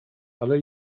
ale